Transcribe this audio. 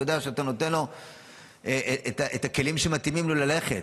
אתה יודע שאתה נותן לו את הכלים שמתאימים לו ללכת,